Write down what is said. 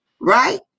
right